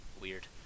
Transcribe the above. weird